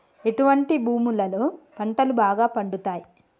ఎటువంటి భూములలో పంటలు బాగా పండుతయ్?